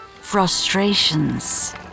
frustrations